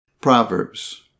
Proverbs